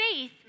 Faith